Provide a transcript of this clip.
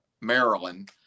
Maryland